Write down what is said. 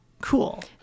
cool